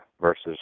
versus